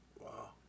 Wow